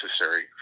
necessary